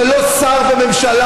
ולא שר בממשלה,